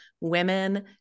women